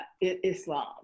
islam